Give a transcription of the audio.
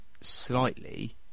slightly